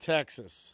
Texas